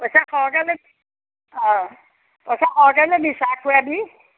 পইছা সৰহকৈ ল'বি অঁ পইছা সৰহকৈ ল'বি চাহ খোৱাবি